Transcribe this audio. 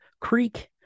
Creek